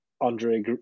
Andre